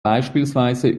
beispielsweise